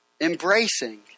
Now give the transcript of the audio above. embracing